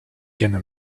gonna